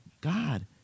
God